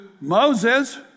Moses